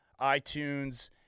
iTunes